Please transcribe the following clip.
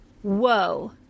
Whoa